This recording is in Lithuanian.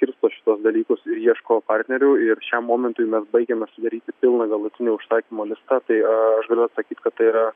skirsto šituos dalykus ir ieško partnerių ir šiam momentui mes baigiame sudaryti pilną galutinį užsakymų listą tai aš galiu atsakyt kad tai yra